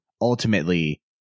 ultimately